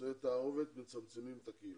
נישואי תערובת מצמצמים את הקהילות.